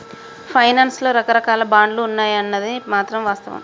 finance లో రకరాకాల బాండ్లు ఉంటాయన్నది మాత్రం వాస్తవం